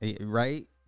Right